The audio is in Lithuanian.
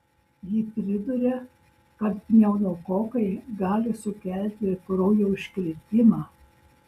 ji priduria kad pneumokokai gali sukelti ir kraujo užkrėtimą